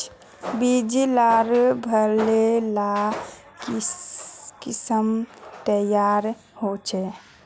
बीज लार भले ला किसम तैयार होछे